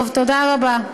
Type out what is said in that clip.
טוב, תודה רבה.